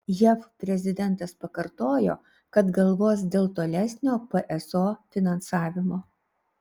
jav prezidentas pakartojo kad galvos dėl tolesnio pso finansavimo